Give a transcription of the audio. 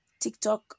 TikTok